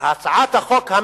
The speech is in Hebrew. מה אומרת הצעת החוק של ליברמן?